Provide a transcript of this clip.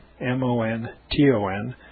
M-O-N-T-O-N